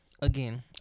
again